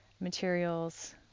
materials